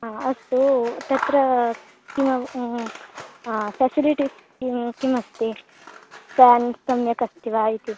हा अस्तु तत्र किं फ़ेसिलिटीस् किं किम् अस्ति फा़न् सम्यक् अस्ति वा इति